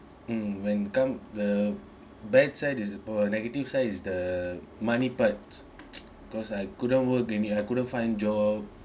mm when come the bad side is uh negative side is the money part cause I couldn't work I couldn't find job